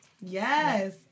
Yes